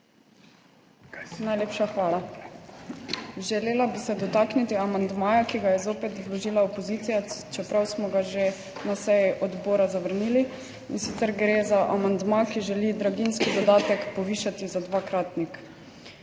Najlepša hvala. Želela bi se dotakniti amandmaja, ki ga je zopet vložila opozicija, čeprav smo ga že na seji odbora zavrnili. Gre za amandma, ki želi draginjski dodatek povišati za dvakratnik.